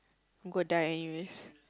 I'm gonna die anyways